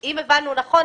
אם הבנו נכון,